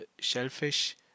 shellfish